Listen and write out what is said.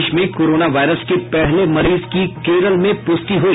देश में corona virus के पहले मरीज की केरल में पुष्टि हुई